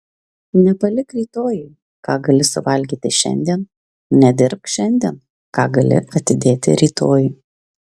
nepalik rytojui ką gali suvalgyti šiandien nedirbk šiandien ką gali atidėti rytojui